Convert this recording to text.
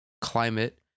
climate